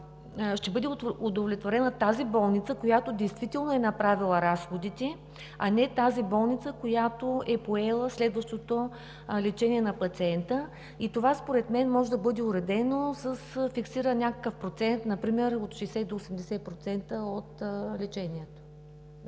ще бъде удовлетворена тази болница, която действително е направила разходите, а не тази болница, която е поела следващото лечение на пациента. Това според мен може да бъде уредено с някакъв фиксиран процент – например от 60% до 80% от лечението.